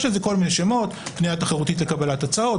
יש לזה כל מיני שמות: פנייה תחרותית לקבלת הצעות,